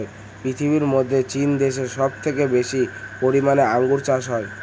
পৃথিবীর মধ্যে চীন দেশে সব থেকে বেশি পরিমানে আঙ্গুর চাষ হয়